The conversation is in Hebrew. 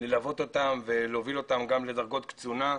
ללוות אותם ולהוביל אותם גם לדרגות קצונה,